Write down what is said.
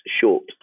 short